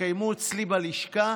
התקיימו אצלי בלשכה